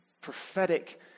prophetic